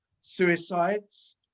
suicides